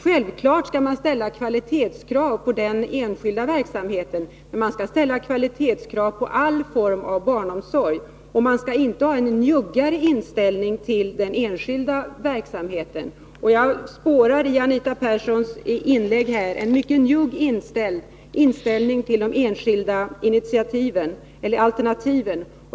Självfallet skall man ställa kvalitetskrav på den enskilda verksamheten, men man bör ställa kvalitetskrav på all form av barnomsorg och inte ha en njuggare inställning till den enskilda verksamheten. Jag spårar i Anita Perssons inlägg en mycket njugg inställning till de enskilda alternativen.